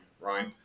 right